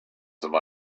some